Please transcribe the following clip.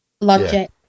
logic